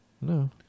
No